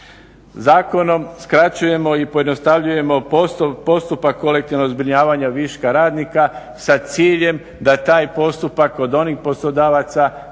Zakonom skraćujemo i pojednostavljujemo postupak kolektivnog zbrinjavanja viška radnika sa ciljem da taj postupak od onih poslodavaca je došao do